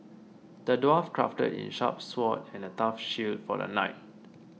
the dwarf crafted a sharp sword and a tough shield for the knight